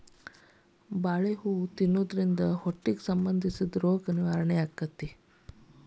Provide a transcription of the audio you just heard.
ಬಾಳೆ ಹೂ ತಿನ್ನುದ್ರಿಂದ ಹೊಟ್ಟಿಗೆ ಸಂಬಂಧಿಸಿದ ರೋಗ ನಿವಾರಣೆ ಅಕೈತಿ